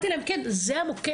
אמרתי להם כן, זה המוקד.